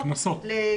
לאכיפה,